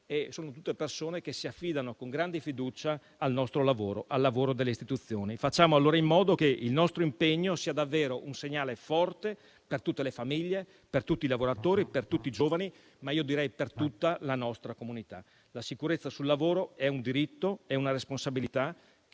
e sono tutte persone che si affidano con grande fiducia al nostro lavoro, al lavoro delle istituzioni. Facciamo allora in modo che il nostro impegno sia davvero un segnale forte per tutte le famiglie, per tutti i lavoratori e per tutti i giovani, ma io direi per tutta la nostra comunità. La sicurezza sul lavoro è un diritto e una responsabilità